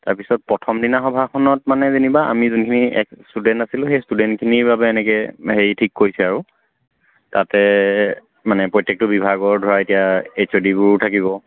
তাৰ পিছত প্ৰথম দিনা সভাখনত মানে যেনিবা আমি যোনখিনি এক্স ষ্টুডেণ্ট আছিলোঁ সেই ষ্টুডেণ্টখিনিৰ বাবে এনেকৈ হেৰি ঠিক কৰিছে আৰু তাতে মানে প্ৰত্যেকটো বিভাগৰ ধৰা এতিয়া এইচ অ' ডিবোৰো থাকিব